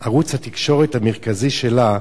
ערוץ התקשורת המרכזי שלה,